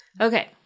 Okay